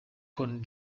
con